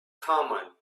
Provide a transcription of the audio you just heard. common